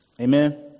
Amen